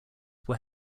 were